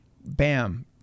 bam